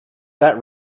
that